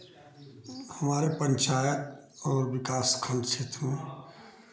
हमारे पंचायत और विकास खंड क्षेत्र में